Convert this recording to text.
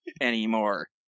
anymore